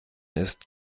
ist